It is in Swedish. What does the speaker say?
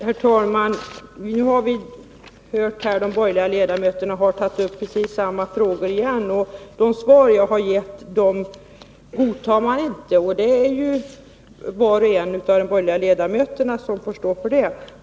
Herr talman! Vi har här hört de borgerliga ledamöterna ta upp precis samma frågor igen. De svar som jag har gett godtar de inte. Var och en av de borgerliga ledamöterna får stå för det.